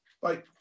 Bye